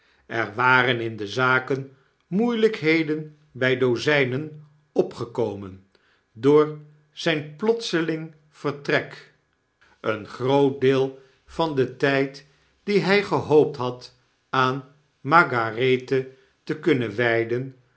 er waren in de zaken moeielykheden bij dozynen opgekomen door zijn plotseling vertrek een groot deel van den tyd dien hy gehoopt had aan margarethe te kunnen wyden